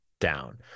down